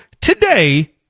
today